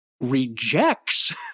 rejects